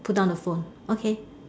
put down the phone okay